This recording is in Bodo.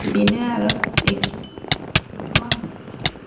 बेनो आरो